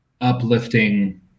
uplifting